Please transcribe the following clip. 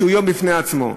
שהוא יום בפני עצמו.